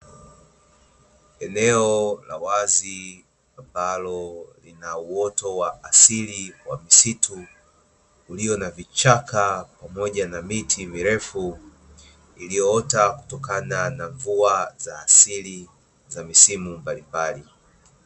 Eneo la wazi ambalo lina uoto wa asili wa misitu, ulio na vichaka pamoja na miti mirefu, iliyoota kutokana na mvua za asili za misimu mbalimbali.